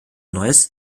neues